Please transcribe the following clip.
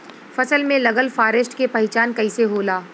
फसल में लगल फारेस्ट के पहचान कइसे होला?